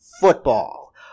football